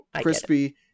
crispy